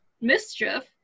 mischief